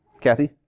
Kathy